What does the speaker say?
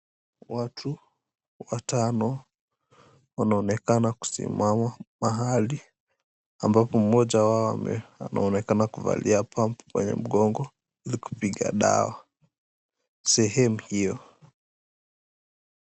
Watu watano wanaonekana kusimama mahali, ambapo mmoja wao anaonekana kuvalia pump kwenye mgongo ili kupiga dawa sehemu hio.